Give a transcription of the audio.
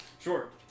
Sure